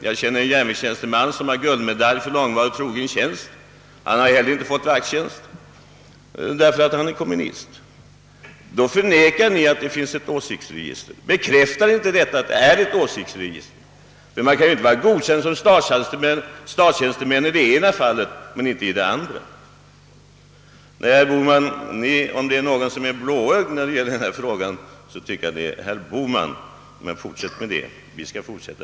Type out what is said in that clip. Jag känner en järnvägstjänsteman som har guldmedalj för långvarig och trogen tjänst men som heller inte fått bli vaktman därför att han är kommunist. Ni förnekar att det finns ett åsiktsregister. Bekräftar inte dessa fall att det finns ett åsiktsregister? Man kan ju inte gärna vara godkänd som statstjänsteman i det ena fallet men inte i det andra.